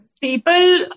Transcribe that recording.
people